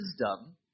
wisdom